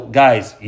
guy's